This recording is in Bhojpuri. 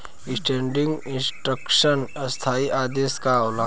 स्टेंडिंग इंस्ट्रक्शन स्थाई आदेश का होला?